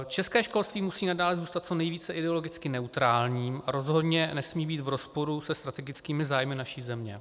České školství musí nadále zůstat co nejvíce ideologicky neutrální, rozhodně nesmí být v rozporu se strategickými zájmy naší země.